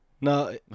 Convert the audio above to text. no